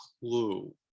clue